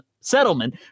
settlement